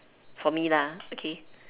for me lah okay